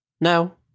No